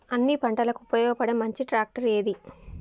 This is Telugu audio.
అన్ని పంటలకు ఉపయోగపడే మంచి ట్రాక్టర్ ఏది?